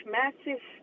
massive